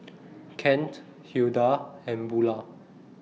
Kent Hilda and Bulah